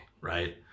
right